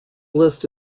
list